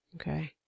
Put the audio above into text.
Okay